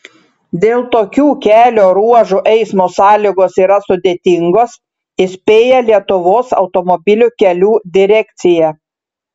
dėl tokių kelio ruožų eismo sąlygos yra sudėtingos įspėja lietuvos automobilių kelių direkcija